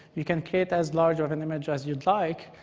you can create as large of an image as you'd like.